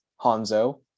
Hanzo